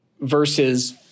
versus